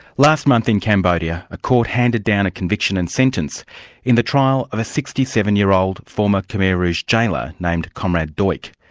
last month in cambodia, a court handed down a conviction and sentence in the trial of a sixty seven year old former khmer rouge jailer named comrade duch, like